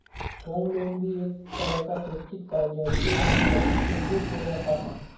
home loan भी एक तरह का सुरक्षित कर्ज है जो लम्बी अवधि के लिए दिया जाता है